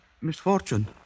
misfortune